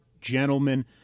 gentlemen